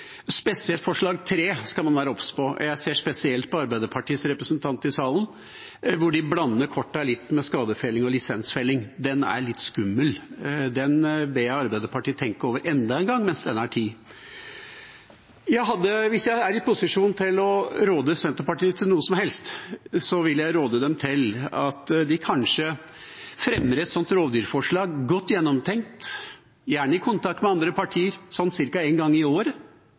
Spesielt forslag nr. 3 skal man være obs på – og jeg ser spesielt på Arbeiderpartiets representant i salen – hvor de blander kortene litt med skadefelling og lisensfelling. Det er litt skummelt. Det ber jeg Arbeiderpartiet tenke over enda en gang mens det ennå er tid. Hvis jeg er i posisjon til å råde Senterpartiet til noe som helst, vil jeg råde dem til at de kanskje fremmer et sånt rovdyrforslag – godt gjennomtenkt, gjerne i kontakt med andre partier – sånn ca. en gang i året